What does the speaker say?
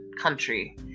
country